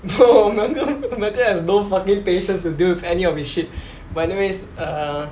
bro malcolm malcolm has no fucking patience to deal with any of his shit but anyways uh